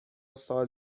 سال